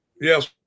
Yes